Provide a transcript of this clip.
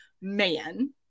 man